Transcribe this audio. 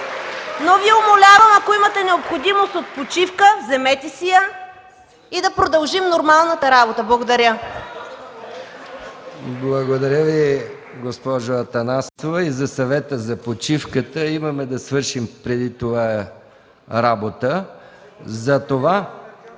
Но Ви умолявам, ако имате необходимост от почивка, вземете си я и да продължим нормалната работа. Благодаря. ПРЕДСЕДАТЕЛ МИХАИЛ МИКОВ: Благодаря Ви, госпожо Атанасова, и за съвета за почивката. Имаме да свършим преди това работа.